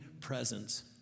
presence